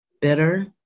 bitter